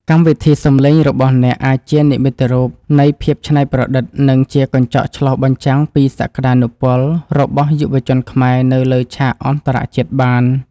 កម្មវិធីសំឡេងរបស់អ្នកអាចជានិមិត្តរូបនៃភាពច្នៃប្រឌិត និងជាកញ្ចក់ឆ្លុះបញ្ចាំងពីសក្តានុពលរបស់យុវជនខ្មែរនៅលើឆាកអន្តរជាតិបាន។